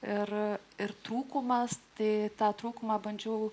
ir ir trūkumas tai tą trūkumą bandžiau